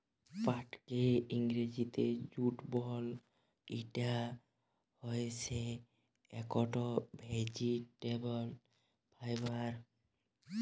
পাটকে ইংরজিতে জুট বল, ইটা হইসে একট ভেজিটেবল ফাইবার